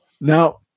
Now